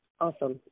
Awesome